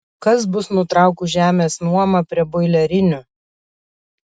kas bus nutraukus žemės nuomą prie boilerinių